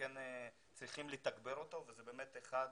רוצים למנוע אסונות, זה באמת אחד